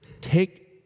Take